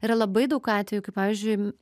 yra labai daug atvejų kai pavyzdžiui